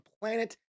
planet